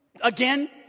again